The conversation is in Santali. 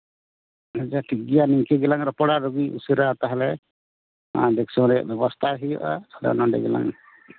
ᱟᱪᱪᱷᱟ ᱴᱷᱤᱠ ᱜᱮᱭᱟ ᱱᱚᱝᱠᱟ ᱜᱮᱞᱟᱝ ᱨᱚᱯᱚᱲᱟ ᱟᱹᱰᱤ ᱩᱥᱟᱹᱨᱟ ᱛᱟᱦᱞᱮ ᱫᱮᱠᱥᱚᱱ ᱨᱮᱭᱟᱜ ᱵᱮᱵᱚᱥᱛᱷᱟᱭ ᱦᱩᱭᱩᱜᱼᱟ ᱛᱟᱦᱞᱮ ᱱᱚᱸᱰᱮ ᱜᱮᱞᱟᱝ